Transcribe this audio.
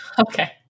Okay